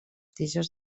tiges